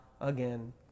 again